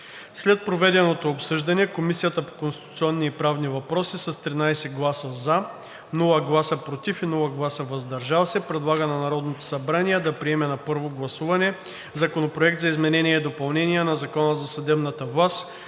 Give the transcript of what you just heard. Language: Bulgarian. След проведеното обсъждане Комисията по конституционни и правни въпроси с 13 гласа „за“, без „против“ и „въздържал се“ предлага на Народното събрание да приеме на първо гласуване Законопроект за изменение и допълнение на Закона за съдебната власт,